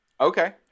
Okay